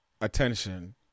attention